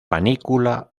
panícula